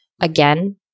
Again